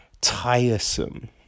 tiresome